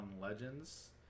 Legends